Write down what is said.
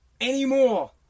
anymore